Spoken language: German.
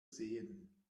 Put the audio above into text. sehen